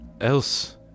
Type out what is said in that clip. else